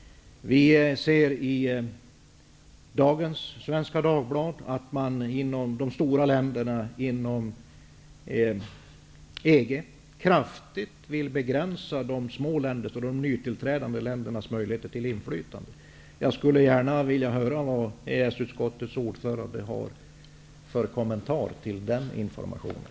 Vi kan läsa i Svenska Dagbladet i dag att de stora länderna inom EG kraftigt vill begränsa de små ländernas och de nytillträdande ländernas inflytande. Jag skulle gärna vilja höra vad EES-utskottets ordförande har för kommentar till den informationen.